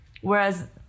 Whereas